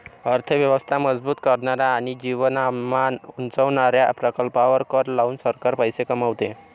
अर्थ व्यवस्था मजबूत करणाऱ्या आणि जीवनमान उंचावणाऱ्या प्रकल्पांवर कर लावून सरकार पैसे कमवते